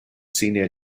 senior